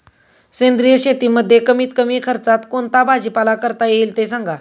सेंद्रिय शेतीमध्ये कमीत कमी खर्चात कोणता भाजीपाला करता येईल ते सांगा